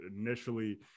initially